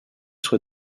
soit